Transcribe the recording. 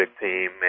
team